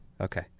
Okay